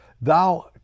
Thou